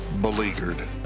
beleaguered